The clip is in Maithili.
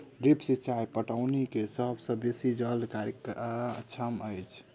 ड्रिप सिचाई पटौनी के सभ सॅ बेसी जल कार्यक्षम अछि